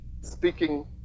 Speaking